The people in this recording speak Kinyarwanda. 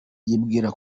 yibwira